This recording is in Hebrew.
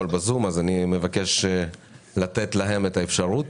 אתמול בזום אז אני מבקש לתת להם את האפשרות.